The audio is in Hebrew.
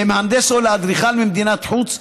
למהנדס או לאדריכל ממדינת חוץ,